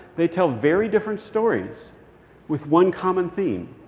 they tell very different stories with one common theme.